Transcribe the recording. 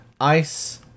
Ice